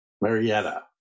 Marietta